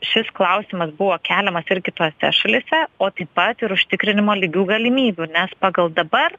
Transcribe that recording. šis klausimas buvo keliamas ir kitose šalyse o taip pat ir užtikrinimo lygių galimybių nes pagal dabar